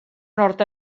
nord